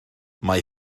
mae